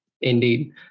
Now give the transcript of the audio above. Indeed